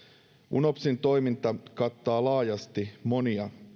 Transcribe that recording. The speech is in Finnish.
unopsin toiminta kattaa laajasti monia